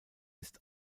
ist